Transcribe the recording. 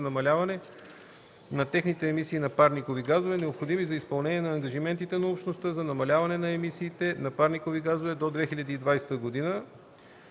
намаляване на техните емисии на парникови газове, необходими за изпълнение на ангажиментите на Общността за намаляване на емисиите на парникови газове до 2020 г.